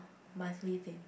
monthly thing